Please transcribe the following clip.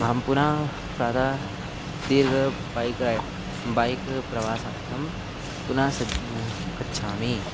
अहं पुनः प्रातः दीर्घबैक् रै बैक् प्रवासार्थं पुनः सज् गच्छामि